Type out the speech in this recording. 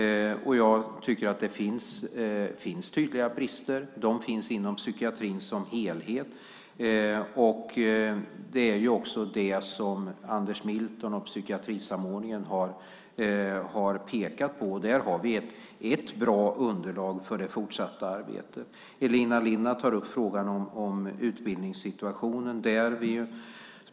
Jag tycker att det finns tydliga brister. Dessa finns inom psykiatrin som helhet. Anders Milton och psykiatrisamordningen har pekat på det. Där har vi ett bra underlag för det fortsatta arbetet. Elina Linna frågar om utbildningssituationen.